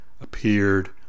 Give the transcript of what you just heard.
appeared